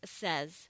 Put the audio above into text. says